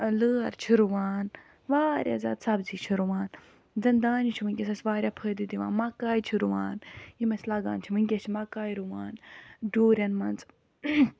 لٲر چھِ رُوان واریاہ زیادٕ سبزی چھِ رُوان دِن دانہِ چھُ ونکیٚس اَسہِ واریاہ فٲیدٕ دِوان مکاے چھِ رُوان یِم اَسہِ لَگان چھِ ونکیٚس چھِ مکاے رُوان ڈورٮ۪ن منٛز